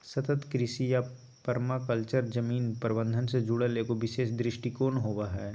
सतत कृषि या पर्माकल्चर जमीन प्रबन्धन से जुड़ल एगो विशेष दृष्टिकोण होबा हइ